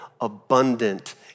abundant